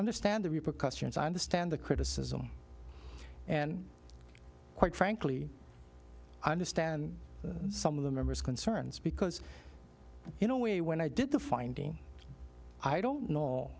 understand the repercussions i understand the criticism and quite frankly i understand some of the members concerns because you know way when i did the finding i don't